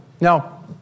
Now